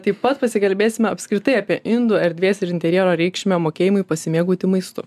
taip pat pasikalbėsime apskritai apie indų erdvės ir interjero reikšmę mokėjimui pasimėgauti maistu